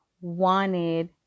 wanted